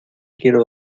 quiero